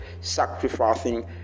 sacrificing